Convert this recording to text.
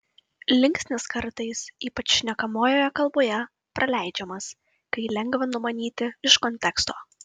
linksnis kartais ypač šnekamojoje kalboje praleidžiamas kai jį lengva numanyti iš konteksto